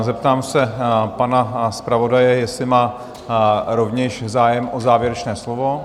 Zeptám se pana zpravodaje, jestli má rovněž zájem o závěrečné slovo.